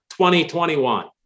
2021